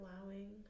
allowing